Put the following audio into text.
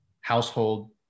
household